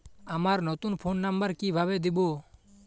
আমার নতুন phone number কিভাবে দিবো?